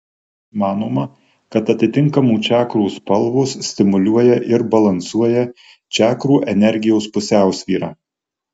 manoma kad atitinkamų čakrų spalvos stimuliuoja ir balansuoja čakrų energijos pusiausvyrą